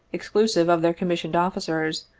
exclusive of their commissioned officers,